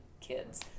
kids